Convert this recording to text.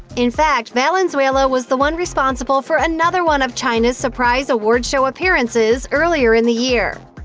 in fact, valenzuela was the one responsible for another one of chyna's surprise award show appearances earlier in the year.